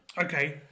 okay